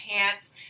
pants